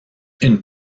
une